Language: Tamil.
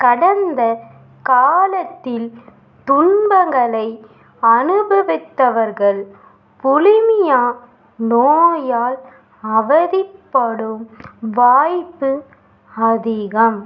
கடந்த காலத்தில் துன்பங்களை அனுபவித்தவர்கள் புலிமியா நோயால் அவதிப்படும் வாய்ப்பு அதிகம்